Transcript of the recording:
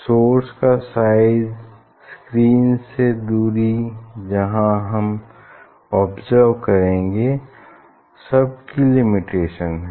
source का size screen से दूरी जहाँ हम ऑब्ज़र्व करेंगे सब की लिमिटेशन है